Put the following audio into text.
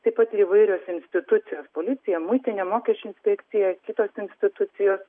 taip pat ir įvairios institucijos policija muitinė mokesčių inspekcija kitos institucijos